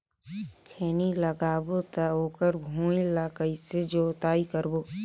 खैनी लगाबो ता ओकर भुईं ला कइसे जोताई करबो?